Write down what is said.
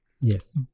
Yes